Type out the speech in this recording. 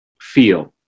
feel